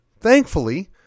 thankfully